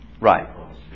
Right